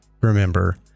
remember